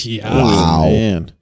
Wow